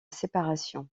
séparation